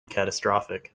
catastrophic